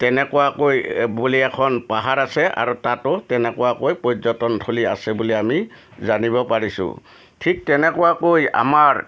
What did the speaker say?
তেনেকুৱাকৈ বুলি এখন পাহাৰ আছে আৰু তাতো তেনেকুৱাকৈ পৰ্যটন থলী আছে বুলি আমি জানিব পাৰিছোঁ ঠিক তেনেকুৱাকৈ আমাৰ